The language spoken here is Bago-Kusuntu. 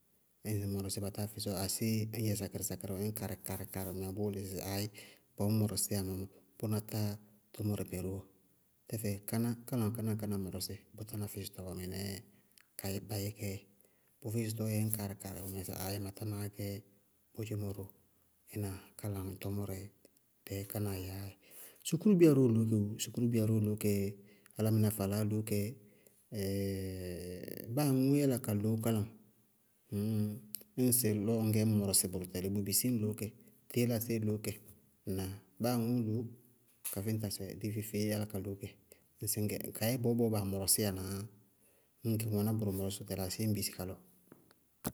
Ñ ŋñ mɔrɔsí ba táa físɩ bɔɔ aséé ñ yɛ sakɩrɩ-sakɩrɩ bʋmɛ, ññ kaarɩ-kaarɩ bʋmɛ bʋʋ lɩ sɩ aayí bɔɔ ñ mɔrɔsíya mɔɔ bʋná tá tʋmʋrɛ mɛ ró bɔɔ. Tɛfɛ káná kálá ñŋ káná mɔrɔsíɩ, bʋ tána físɩtɔ bɔɔ, mɩnɛɛ kayɛ ba yɛ kɛɛ dzɛ. Bʋ físɩtɔɔ dzɛ ñ kaarɩ-kaarɩ bʋmɛ sɩ aayí matá maá gɛ kodzémɔ bɔɔ, ɩ náa? Káná tʋmʋrɛɛ dɛɛ kánáa yɛyá dzɛ. Sukúrubiya róó loó kɛ woo, sukúrubiya róó loó kɛ, álámɩná faalaá loó kɛ, báa aŋʋʋ yála ka loó galaŋ ñŋsɩ lɔ ŋñ gɛ ñ mɔrɔsɩ bʋrʋ tɛlɩ bʋ bisí ñ loó kɛ, tíílasɛɛ loó kɛ, ŋná báa aŋʋʋ loó. Káfíñtasɛɛ loó kɛ báa aŋʋʋ loó, káfíñtasɛ dí feé-feée yála ka loó kɛ bíɩ sɩ ñ gɛ, ka yɛ bɔbɔ baa mɔrɔsíya naá yá. Bíɩ ŋ wɛná bʋrʋ mɔrɔsítɔ aséé ñ bisí ka lɔ.